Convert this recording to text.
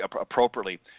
appropriately